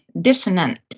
dissonant